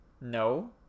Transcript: No